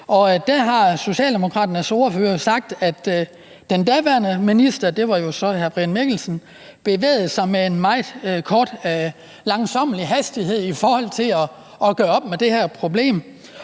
Der har Socialdemokraternes ordfører jo sagt, at den daværende minister – og det var jo så hr. Brian Mikkelsen – bevægede sig med en meget lav hastighed i forhold til at gøre op med det her problem.